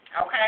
Okay